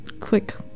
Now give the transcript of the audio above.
quick